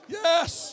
yes